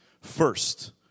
first